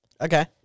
Okay